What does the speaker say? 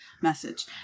message